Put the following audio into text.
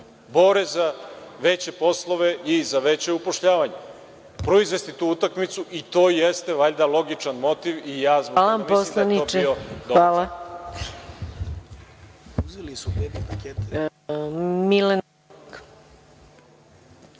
bore za veće poslove i za veće upošljavanje. Proizvesti tu utakmicu, to jeste valjda logičan motiv i ja zbog toga mislim da bi to bilo dobro. **Maja